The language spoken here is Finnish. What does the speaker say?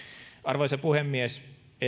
arvoisa puhemies